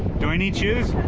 do i need shoes?